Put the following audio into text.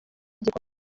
gikorwa